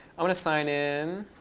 i want to sign in.